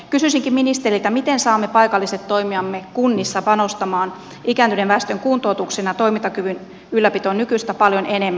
kysyisinkin ministeriltä miten saamme paikalliset toimijamme kunnissa panostamaan ikääntyneen väestön kuntoutuksen ja toimintakyvyn ylläpitoon nykyistä paljon enemmän